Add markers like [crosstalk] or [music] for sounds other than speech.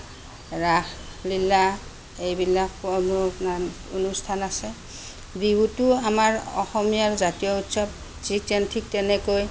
ৰাসলীলা এইবিলাকৰ [unintelligible] অনুষ্ঠান আছে বিহুটো আমাৰ অসমীয়াৰ জাতীয় উৎসৱ [unintelligible] ঠিক তেনেকৈ